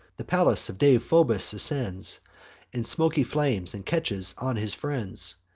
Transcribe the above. the palace of deiphobus ascends in smoky flames, and catches on his friends.